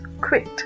quit